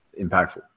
impactful